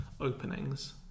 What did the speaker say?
openings